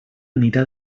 anirà